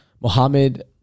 Mohammed